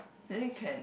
then you can